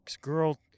girl